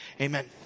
Amen